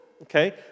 Okay